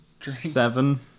Seven